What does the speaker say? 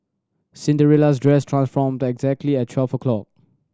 Cinderella's dress transformed exactly at twelve o'clock